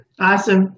Awesome